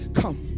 come